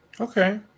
Okay